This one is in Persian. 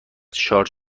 شارژ